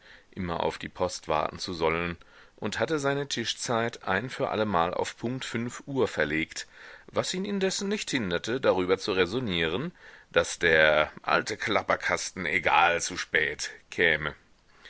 immer auf die post warten zu sollen und hatte seine tischzeit ein für allemal auf punkt fünf uhr verlegt was ihn indessen nicht hinderte darüber zu räsonieren daß der alte klapperkasten egal zu spät käme